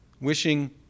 wishing